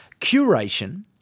curation